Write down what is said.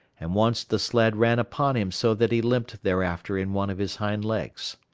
and once the sled ran upon him so that he limped thereafter in one of his hind legs.